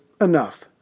enough